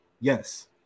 Yes